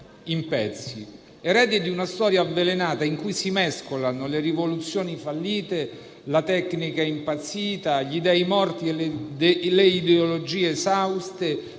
in pezzi, erede di una storia avvelenata in cui si mescolano le rivoluzioni fallite, la tecnica impazzita, gli dei morti e le ideologie esauste.